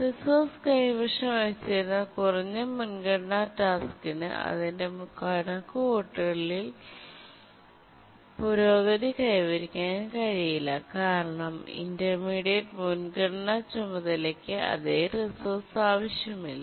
resource കൈവശം വച്ചിരുന്ന കുറഞ്ഞ മുൻഗണനാ ടാസ്കിന് അതിന്റെ കണക്കുകൂട്ടലിൽ പുരോഗതി കൈവരിക്കാൻ കഴിയില്ല കാരണം ഇന്റർമീഡിയറ്റ് മുൻഗണനാ ചുമതലയ്ക്ക് അതേ റിസോഴ്സ് ആവശ്യമില്ല